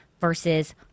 versus